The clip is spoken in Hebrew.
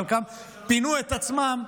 חלקם פינו את עצמם,